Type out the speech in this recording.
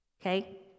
okay